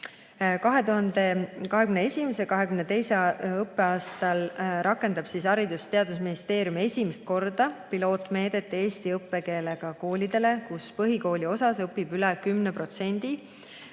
2021/2022. õppeaastal rakendab Haridus- ja Teadusministeerium esimest korda pilootmeedet eesti õppekeelega koolidele, kus põhikooliosas õpib üle 10%